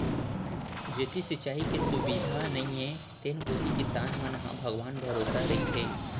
जेती सिंचाई के सुबिधा नइये तेन कोती किसान मन ह भगवान भरोसा रइथें